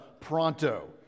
pronto